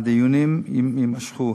הדיונים יימשכו.